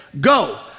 go